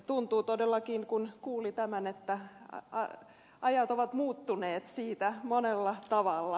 tuntuu todellakin kun kuuli tämän että ajat ovat muuttuneet siitä monella tavalla